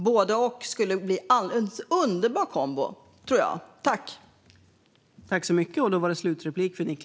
Både och skulle bli en alldeles underbar kombo, tror jag.